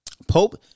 Pope